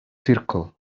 circle